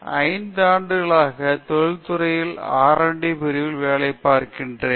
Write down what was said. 5 ஆண்டுகளாக தொழில் துறையில் R and D R D பிரிவில் வேலை பார்க்கிறேன்